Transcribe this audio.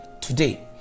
today